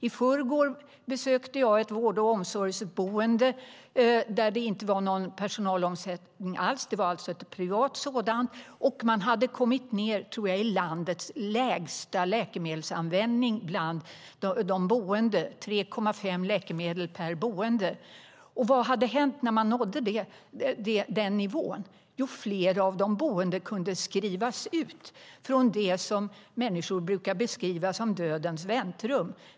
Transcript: I förrgår besökte jag ett vård och omsorgsboende där det inte är någon personalomsättning alls. Det är ett privat boende, och man har kommit ned i vad jag tror är landets lägsta läkemedelsanvändning bland de boende - 3,5 läkemedel per boende. Vad hade hänt när man nådde den nivån? Jo, flera av de boende kunde skrivas ut från det som brukar beskrivas som dödens väntrum.